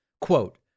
quote